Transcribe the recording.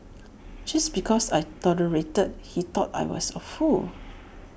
just because I tolerated he thought I was A fool